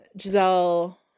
giselle